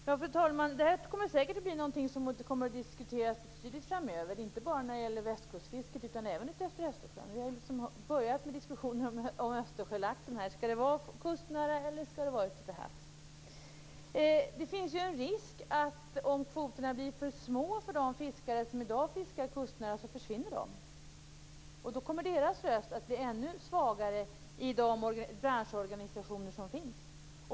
Fru talman! Det här kommer säkert att diskuteras betydligt framöver, inte bara när det gäller västkustfisket utan även när det gäller fisket utefter Östersjön. Vi har börjat med diskussionen om Östersjölaxen. Skall det vara ett kustnära fiske eller ett fiske ute till havs? Om kvoterna blir för små finns det en risk att de fiskare som i dag fiskar kustnära försvinner. Då kommer deras röst att bli ännu svagare i de branschorganisationer som finns.